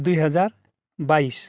दुई हजार बाइस